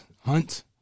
Hunt